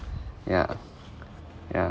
yeah yeah